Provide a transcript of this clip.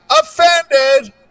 offended